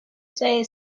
say